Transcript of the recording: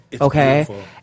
Okay